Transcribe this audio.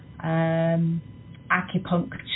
acupuncture